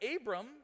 abram